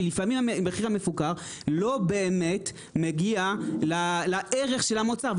כי לפעמים המחיר המפוקח לא באמת מגיע לערך של המוצר.